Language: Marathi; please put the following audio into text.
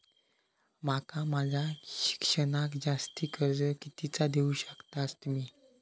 माका माझा शिक्षणाक जास्ती कर्ज कितीचा देऊ शकतास तुम्ही?